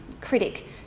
critic